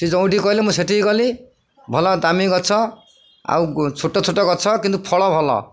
ସେ ଯେଉଁଠିକି କହିଲେ ମୁଁ ସେଠିକି ଗଲି ଭଲ ଦାମୀ ଗଛ ଆଉ ଛୋଟ ଛୋଟ ଗଛ କିନ୍ତୁ ଫଳ ଭଲ